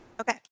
Okay